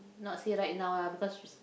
not say right now lah because we